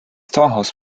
torhaus